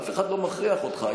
אף אחד לא מכריח אותך.